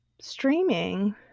streaming